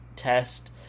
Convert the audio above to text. Test